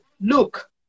Look